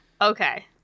Okay